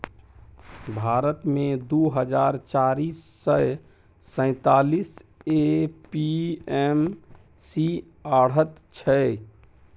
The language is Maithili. भारत मे दु हजार चारि सय सैंतालीस ए.पी.एम.सी आढ़त छै